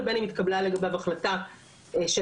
או בין אם התקבלה לגביו החלטה שלנו,